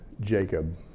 Jacob